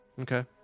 Okay